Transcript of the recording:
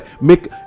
make